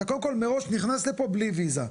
אתה מראש נכנס בלי ויזה,